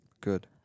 Good